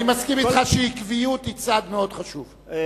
אני מסכים אתך שעקביות היא צעד חשוב מאוד,